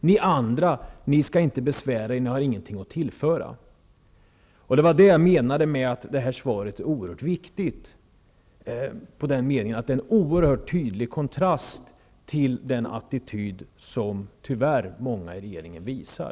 Ni andra skall inte besvära er. Ni har inget att tillföra. Det var detta jag menade när jag sade att detta interpellationssvar är oerhört viktigt. Det utgör en tydlig kontrast till den attityd som tyvärr många i regeringen visar.